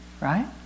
right